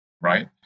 right